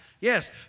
Yes